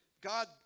God